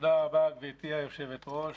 תודה רבה, גברתי היושבת-ראש